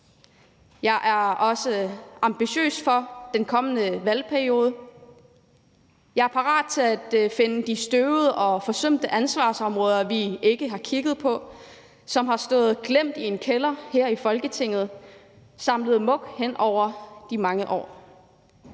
Jeg er også ambitiøs for den kommende valgperiode. Jeg er parat til at finde de støvede og forsømte ansvarsområder, vi ikke har kigget på i mange år, og som har stået glemt i en kælder her i Folketinget og samlet mug hen over de mange år.